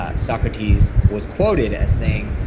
ah socrates was quoted as saying,